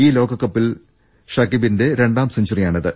ഈ ലോകകപ്പിൽ ഷാക്കിബിന്റെ രണ്ടാം സെഞ്ചുറിയാണിത്